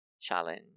challenge